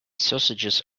sausages